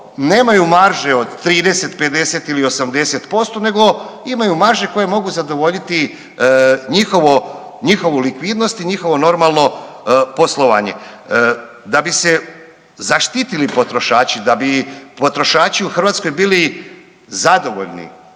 nemaju marže od 30, 50 ili 80% nego imaju marže koje mogu zadovoljiti njihovu likvidnost i njihovo normalno poslovanje. Da bi se zaštitili potrošači, da bi potrošači u Hrvatskoj bili zadovoljni,